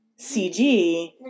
CG